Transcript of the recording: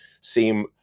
seem